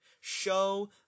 show